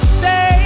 say